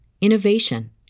innovation